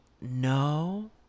no